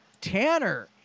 Tanner